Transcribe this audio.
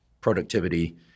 productivity